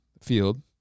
field